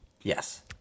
Yes